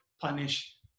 punish